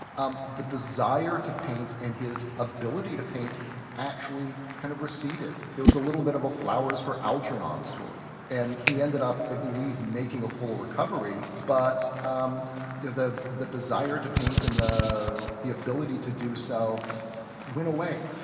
um the desire to paint and his ability to paint actually kind of receded. it was a little bit of a flowers for algernon story. and he ended up, i believe, making a full recovery, but um yeah the the desire to paint and the the ability to do so went away.